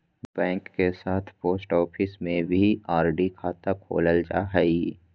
bank के साथ post office में भी आर.डी खाता खोलल जा हइ